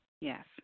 Yes